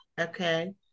Okay